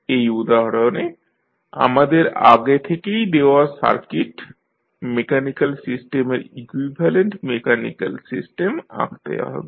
এই উদাহরণে আমাদের আগে থেকেই দেওয়া সার্কিট মেকানিক্যাল সিস্টেমের ইকুইভ্যালেন্ট মেকানিক্যাল সিস্টেম আঁকতে হবে